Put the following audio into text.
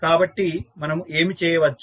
కాబట్టి మనము ఏమి చేయవచ్చు